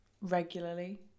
regularly